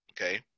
Okay